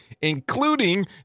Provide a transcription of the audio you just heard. including